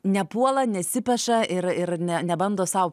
nepuola nesipeša ir ir ne nebando sau